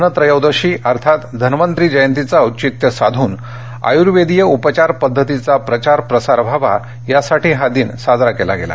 धनत्रयोदशी म्हणजेच धन्वंतरी जयंतीचं औचित्य साधून आयुर्वेदीय उपचार पध्दतीचा प्रचार प्रसार व्हावा या साठी हा दिन साजरा केला गेला